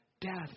death